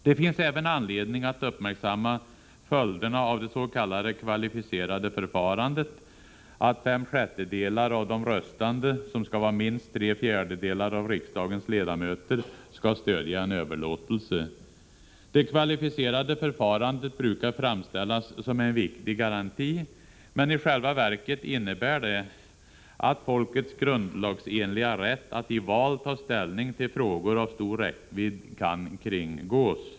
Det finns även anledning att uppmärksamma följderna av det s.k. kvalificerade förfarandet, att fem sjättedelar av de röstande, som skall vara 39 minst tre fjärdedelar av riksdagens ledamöter, skall stödja en överlåtelse. Det kvalificerade förfarandet brukar framställas som en viktig garanti, men i själva verket innebär det att folkets grundlagsenliga rätt att i val ta ställning till frågor av stor räckvidd kan kringgås.